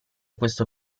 questo